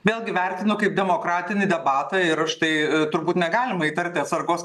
vėlgi vertinu kaip demokratinį debatą ir aš tai turbūt negalima įtarti atsargos